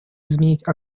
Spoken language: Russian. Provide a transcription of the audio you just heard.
изменить